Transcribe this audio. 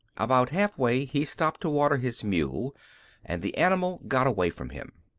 about half-way he stopped to water his mule and the animal got away from him.